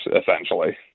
essentially